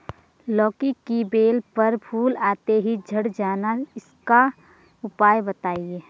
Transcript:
लौकी की बेल पर फूल आते ही झड़ जाना इसका उपाय बताएं?